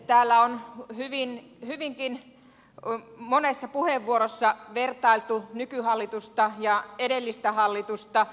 täällä on hyvinkin monessa puheenvuorossa vertailtu nykyhallitusta ja edellistä hallitusta